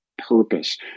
purpose